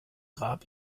grab